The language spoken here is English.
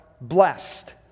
blessed